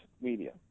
media